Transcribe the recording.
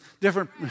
different